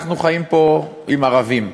אנחנו חיים פה עם ערבים.